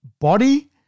body